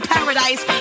Paradise